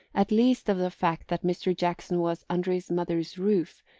at least of the fact that mr. jackson was under his mother's roof,